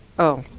oh.